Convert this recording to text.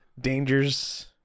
dangers